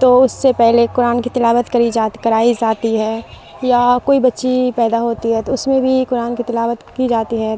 تو اس سے پہلے قرآن کی تلاوت کری جاتی کرائی جاتی ہے یا کوئی بچی پیدا ہوتی ہے تو اس میں بھی قرآن کی تلاوت کی جاتی ہے